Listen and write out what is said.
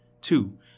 Two